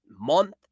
month